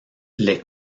les